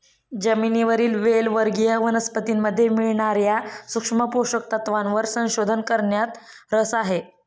जमिनीवरील वेल वर्गीय वनस्पतीमध्ये मिळणार्या सूक्ष्म पोषक तत्वांवर संशोधन करण्यात रस आहे